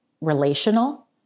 relational